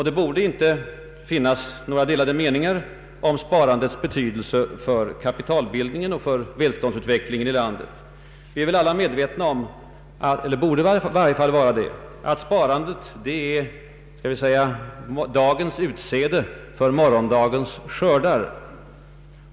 Det borde inte föreligga några delade meningar om sparandets betydelse för kapitalbildningen och välståndsutvecklingen i landet. Vi borde alla vara medvetna om att sparandet i själva verket är dagens utsäde för morgondagens skördar.